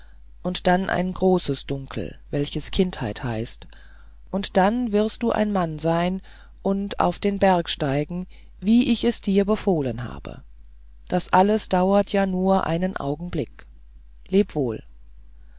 und dann ein großes dunkel welches kindheit heißt und dann wirst du ein mann sein und auf den berg steigen wie ich es dir befohlen habe das alles dauert ja nur einen augenblick